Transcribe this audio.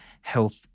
health